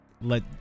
let